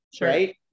right